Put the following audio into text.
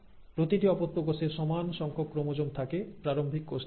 প্রতিটি অপত্য কোষে সমান সংখ্যক ক্রোমোজোম থাকে প্রারম্ভিক কোষটির মত